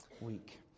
week